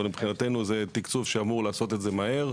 אבל מבחינתנו זהו תקצוב שאמור לעשות את זה מהר,